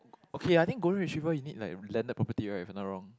okay I think golden retriever you need like landed property right if I not wrong